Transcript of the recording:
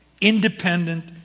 independent